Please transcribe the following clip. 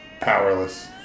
Powerless